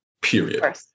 period